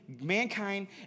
mankind